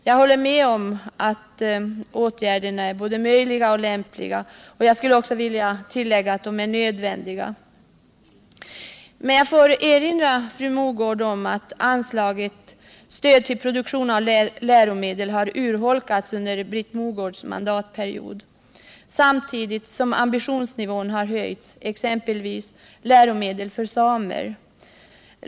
Jag håller med om att åtgärderna är både möjliga och lämpliga, men jag vill lägga till att de också är nödvändiga. Jag får erinra fru Mogård om att anslaget, stöd för produktion av läromedel, har urholkats under hennes mandatperiod samtidigt som ambitionsnivån har höjts, exempelvis för läromedel för samer.